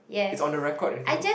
it's on the record you know